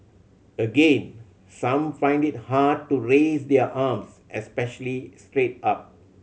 again some find it hard to raise their arms especially straight up